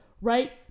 right